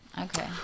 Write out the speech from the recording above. Okay